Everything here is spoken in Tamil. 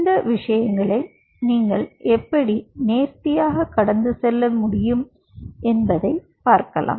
இந்த விஷயங்களை நீங்கள் எப்படி நேர்த்தியாக கடந்து செல்ல முடியும் என்பதைப் பார்க்கலாம்